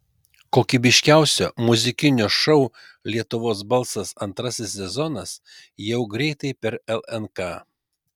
kokybiškiausio muzikinio šou lietuvos balsas antrasis sezonas jau greitai per lnk